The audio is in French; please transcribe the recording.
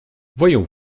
voyons